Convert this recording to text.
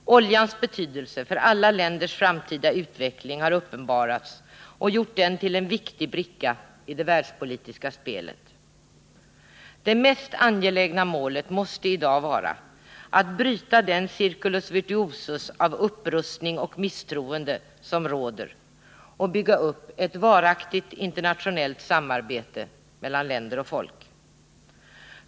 Oljans betydelse för alla länders framtida utveckling har uppenbarats, och oljan har blivit en viktig bricka i det världspolitiska spelet. Det mest angelägna målet måste i dag vara att bryta den circulus vitiosus av upprustning och misstroende som råder och att bygga upp ett varaktigt internationellt samarbete mellan länder och folk.